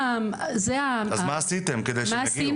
אז מה עשיתם כדי שיגיעו?